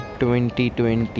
2020